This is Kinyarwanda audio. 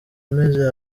imeze